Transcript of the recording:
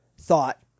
thought